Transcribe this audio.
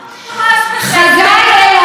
קבע שיא חדש של מאופקות,